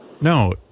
No